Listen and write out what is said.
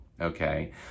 Okay